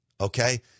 okay